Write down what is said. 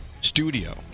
studio